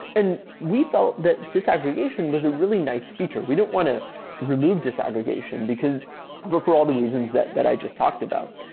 and we felt that disaggregation was a really nice feature. we don't want to remove disaggregation because for for all the reasons that that i just talked about.